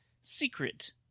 SECRET